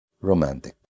romantic